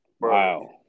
Wow